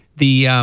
the.